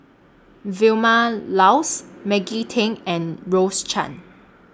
Vilma Laus Maggie Teng and Rose Chan